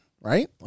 right